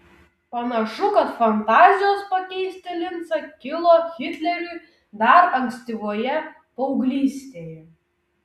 panašu kad fantazijos pakeisti lincą kilo hitleriui dar ankstyvoje paauglystėje